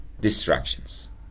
distractions